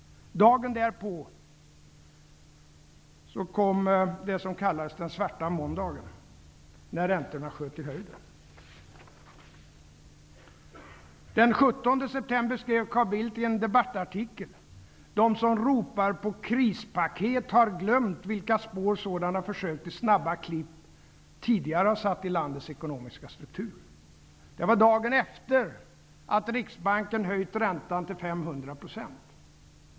Dagen därpå kom den s.k. svarta måndagen, när räntorna sköt i höjden. Den 17 september skrev Carl Bildt i en debattartikel: De som ropar på krispaket har glömt vilka spår sådana försök till snabba klipp tidigare har satt i landets ekonomiska struktur. Det var dagen efter att Riksbanken höjt räntan till 500 %.